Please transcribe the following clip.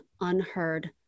unheard